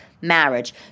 marriage